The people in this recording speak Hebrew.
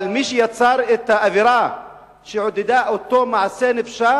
אבל מי שיצר את האווירה שעודדה את אותו מעשה נפשע